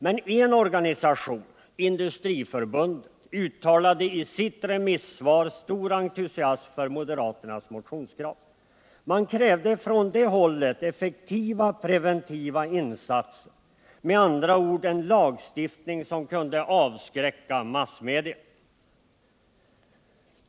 Men en organisation — Industriförbundet — uttalade i sitt remissvar stor entusiasm för moderaternas motionskrav. Man krävde från det hållet effektiva preventiva insatser, med andra ord en lagstiftning som kunde avskräcka massmedierna.